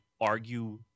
argue